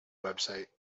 website